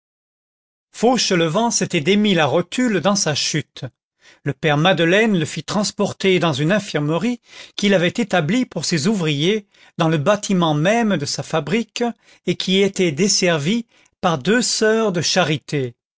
fauchelevent s'était démis la rotule dans sa chute le père madeleine le fit transporter dans une infirmerie qu'il avait établie pour ses ouvriers dans le bâtiment même de sa fabrique et qui était desservie par deux soeurs de charité